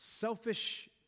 selfish